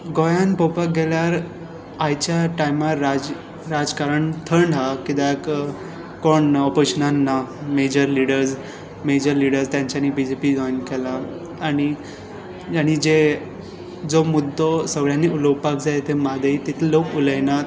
गोंयांत पळोवपाक गेल्यार आयच्या टायमार राजकारण थंड आसा कित्याक कोण ना ओपोझिशनांत ना मॅजर लिडर्स तांच्यांनी बी जे पी जॉयन केलां आनी जे जो मुद्दो सगळ्यांनी उलोवपाक जाय तो म्हादय तितलो लोक उलयनात